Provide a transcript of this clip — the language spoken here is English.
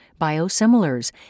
biosimilars